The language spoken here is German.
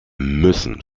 müssen